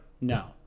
no